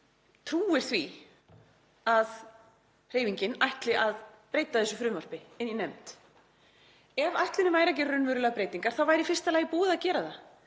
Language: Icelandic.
sem trúir því að hreyfingin ætli að breyta þessu frumvarpi inni í nefnd. Ef ætlunin væri að gera raunverulegar breytingar væri í fyrsta lagi búið að gera þær.